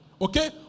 Okay